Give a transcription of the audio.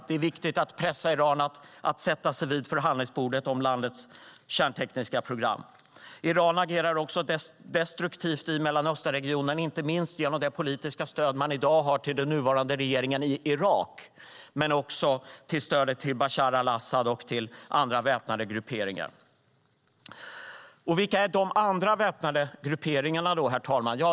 Det är viktigt att pressa Iran till att sätta sig vid förhandlingsbordet vad gäller landets kärntekniska program. Iran agerar destruktivt i Mellanösternregionen, inte minst genom det politiska stödet till den nuvarande regeringen i Irak, men också genom stödet till Bashar al-Assad och olika väpnade grupperingar. Vilka är då de andra väpnade grupperingarna, herr talman?